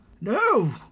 No